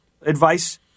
advice